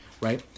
right